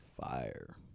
Fire